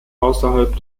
außerhalb